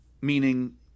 Meaning